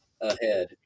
ahead